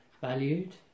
valued